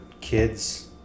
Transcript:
kids